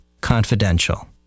confidential